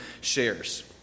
shares